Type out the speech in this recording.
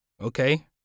okay